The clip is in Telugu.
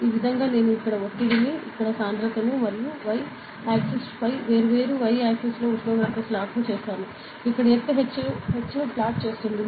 ఈ విధంగా నేను ఇక్కడ ఒత్తిడిని ఇక్కడ సాంద్రతను మరియు y అక్షంపై వేర్వేరు y అక్షంలో ఉష్ణోగ్రతని ప్లాట్ చేస్తాను ఇక్కడ ఎత్తు h ను ప్లాట్ చేస్తుంది